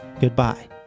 Goodbye